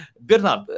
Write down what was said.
Bernard